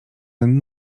ten